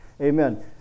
Amen